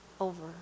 over